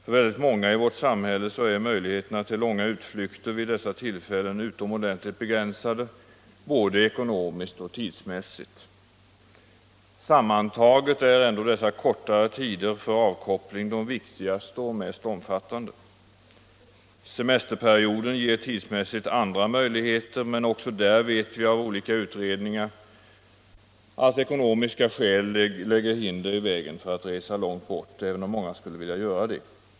För många i vårt samhälle är möjligheterna till långa utflykter vid dessa tillfällen utomordentligt begränsade, både ekonomiskt och tidsmässigt. Sammantaget är ändå dessa kortare tider för avkoppling de viktigaste och mest omfattande. Semesterperioden ger tidsmässigt andra möjligheter, men vi vet av olika utredningar att ekonomiska skäl också då lägger hinder i vägen för att resa långt bort, även om många skulle vilja göra det.